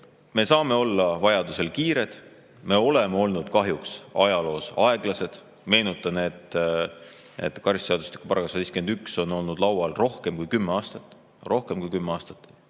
me saame olla vajaduse korral kiired. Me oleme olnud kahjuks ajaloos aeglased. Meenutan, et karistusseadustiku § 151 on olnud laual rohkem kui kümme aastat. Rohkem kui kümme aastat!